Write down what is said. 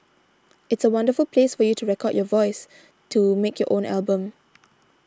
it's a wonderful place for you to record your voice to make your own album